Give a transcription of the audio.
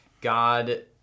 God